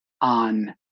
on